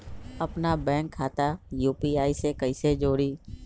अपना बैंक खाता के यू.पी.आई से कईसे जोड़ी?